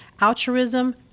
altruism